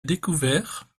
découvert